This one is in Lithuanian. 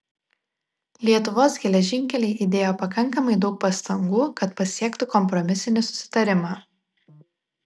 lietuvos geležinkeliai įdėjo pakankamai daug pastangų kad pasiektų kompromisinį susitarimą